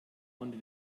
und